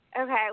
Okay